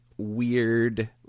weird